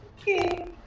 okay